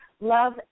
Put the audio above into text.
Love